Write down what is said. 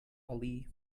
ali